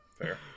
fair